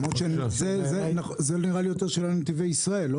זאת שאלה לנתיבי ישראל.